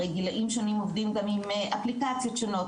הרי גילאים שונים עובדים גם עם אפליקציות שונות,